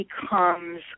becomes